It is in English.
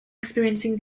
experiencing